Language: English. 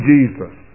Jesus